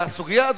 והסוגיה,